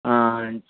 ಆಂ